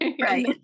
Right